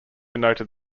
noted